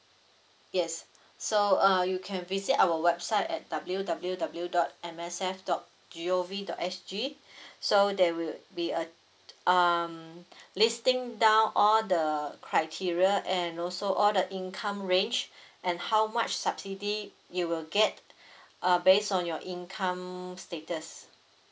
yes so uh you can visit our website at W W W dot M S F dot G O V dot S G so there will be a um listing down all the criteria and also all the income range and how much subsidy you will get uh based on your income's status